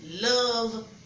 love